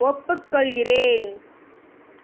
ஒப்புக் கொள்கிறேன்